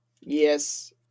Yes